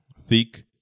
thick